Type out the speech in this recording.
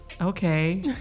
okay